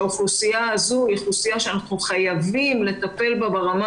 אנחנו חייבים לטפל באוכלוסייה הזאת ברמה